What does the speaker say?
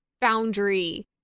foundry